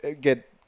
get